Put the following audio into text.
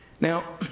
Now